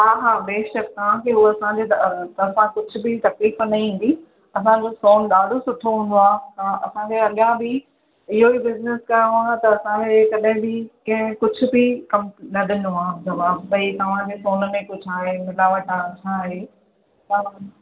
हा हा बेशक तव्हांखे हो असांजे द तरिफ़ा कुझु बि तकलीफ़ न ईंदी असांजो सोन ॾाढो सुठो हूंदो आहे असांखे अॻियां बि इहो ई बिज़नेस करिणो आहे त असांखे कॾहिं बि कंहिं कुझु बि न ॾिनो आहे तव्हांजे सोने में आहे मिलावट आहे छा आहे